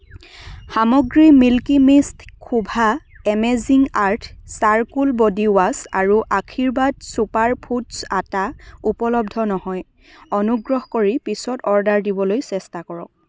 সামগ্ৰী milky mist khova amazing earth charcoal body wash আৰু Aashirvaad super foods atta উপলব্ধ নহয় অনুগ্ৰহ কৰি পিছত অৰ্ডাৰ দিবলৈ চেষ্টা কৰক